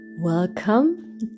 Welcome